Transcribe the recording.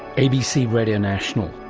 abc radio national,